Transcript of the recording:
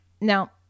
Now